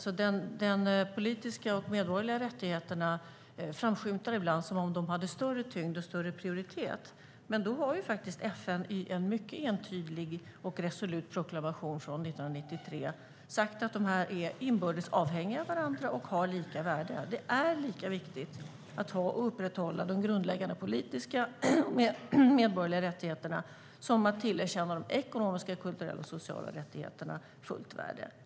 De politiska och medborgerliga rättigheterna framskymtar ibland som att de har större tyngd och prioritet. FN har i en mycket entydig och resolut proklamation från 1993 sagt att konventionerna är inbördes avhängiga varandra och har lika värde. Det är lika viktigt att upprätthålla de grundläggande politiska medborgerliga rättigheterna som att tillerkänna de ekonomiska, kulturella och sociala rättigheterna fullt värde.